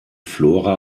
flora